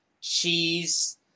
cheese